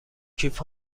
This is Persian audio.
کیف